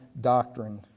doctrine